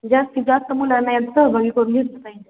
जास्तीत जास्त मुलांना यात सहभागी करून घेतलं पाहिजे